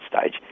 stage